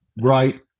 right